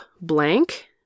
blank